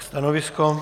Stanovisko?